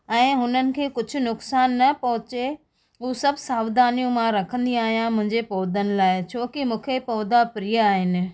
ऐं हुननि खे कुझु नुक़सानु न पहुचे हू सभु सावधानियूं मां रखंदी आहियां मुंहिंजे पौधनि लाइ छो कि मूंखे पौधा प्रिय आहिनि